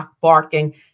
barking